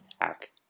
hack